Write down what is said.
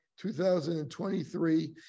2023